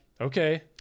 Okay